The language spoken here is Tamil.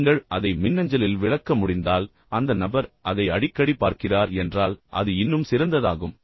நீங்கள் அதை மின்னஞ்சலில் எளிமையாக விளக்க முடிந்தால் அந்த நபர் அதை அடிக்கடி பார்க்கிறார் என்றால் அது இன்னும் சிறந்த முறையாகும்